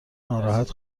ناراحت